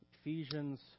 Ephesians